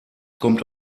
kommt